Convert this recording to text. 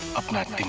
o'clock,